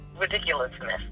ridiculousness